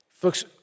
Folks